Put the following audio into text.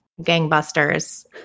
gangbusters